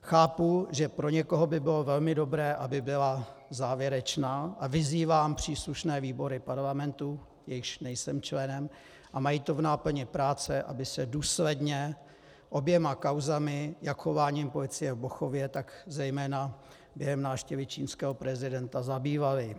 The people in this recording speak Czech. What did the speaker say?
Chápu, že pro někoho by bylo velmi dobré, aby byla závěrečná, a vyzývám příslušné výbory parlamentu, jejichž nejsem členem a které to mají v náplni práce, aby se důsledně oběma kauzami, jak chováním policie v Bochově, tak zejména během návštěvy čínského prezidenta, zabývaly.